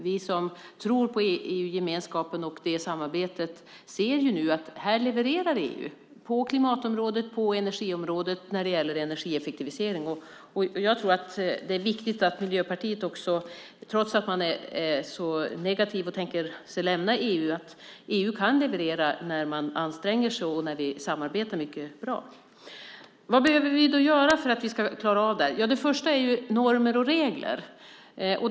Vi som tror på samarbetet i EU-gemenskapen ser att EU levererar på klimat och energiområdet när det gäller energieffektivisering. Det är viktigt att Miljöpartiet, trots att man är så negativ och tänker sig lämna EU, ser att EU kan leverera när EU anstränger sig i ett gott samarbete. Vad behöver vi göra för att klara av detta? Det första är normer och regler.